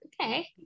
Okay